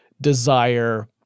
desire